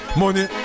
money